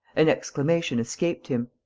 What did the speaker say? an exclamation escaped him.